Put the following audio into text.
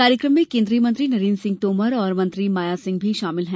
कार्यक्रम में केन्द्रीय मंत्री नरेन्द्र सिंह तोमर और मंत्री माया सिंह शामिल हैं